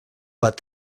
but